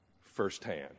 firsthand